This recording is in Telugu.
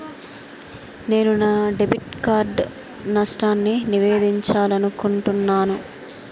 నేను నా డెబిట్ కార్డ్ నష్టాన్ని నివేదించాలనుకుంటున్నాను